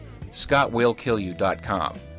ScottWillKillYou.com